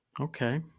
Okay